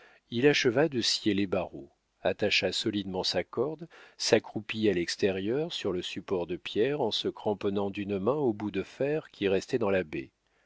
il acheva de scier les barreaux attacha solidement sa corde s'accroupit à l'extérieur sur le support de pierre en se cramponnant d'une main au bout de fer qui restait dans la baie